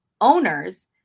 owners